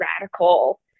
radical